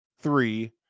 three